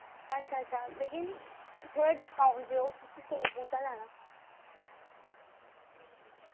अच्छा अच्छा लेकिन थोह्ड़ा डिस्काउंट देओ क्यूंकि सौ बूह्टा लैना